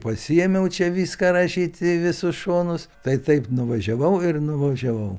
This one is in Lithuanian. pasiėmiau čia viską rašyti į visus šonus tai taip nuvažiavau ir nuvažiavau